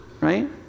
right